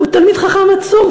הוא תלמיד חכם עצום,